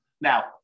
Now